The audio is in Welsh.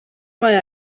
mae